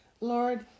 Lord